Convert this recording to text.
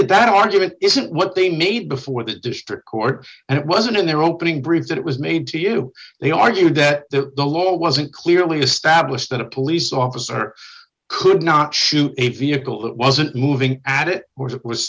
either that argument isn't what they made before the district court and it wasn't in their opening brief that it was made to you they argued that the law wasn't clearly established that a police officer could not shoot a vehicle that wasn't moving and it was it was